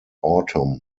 autumn